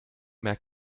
mehr